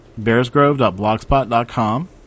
bearsgrove.blogspot.com